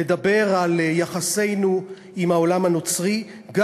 לדבר על יחסינו עם העולם הנוצרי,